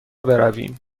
برویم